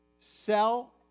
sell